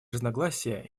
разногласия